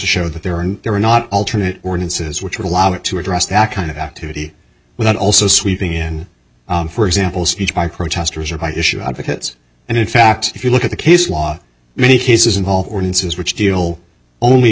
show that there are there are not alternate ordinances which would allow it to address that kind of activity without also sweeping in for example speech by protesters or by issue advocates and in fact if you look at the case law many cases involve ordinances which deal only